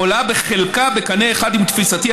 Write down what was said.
ועולה בחלקה בקנה אחד עם תפיסתי,